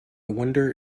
wonder